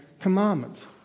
Commandments